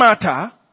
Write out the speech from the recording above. matter